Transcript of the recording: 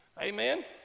Amen